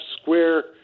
Square